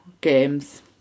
games